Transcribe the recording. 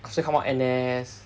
you still come out N_S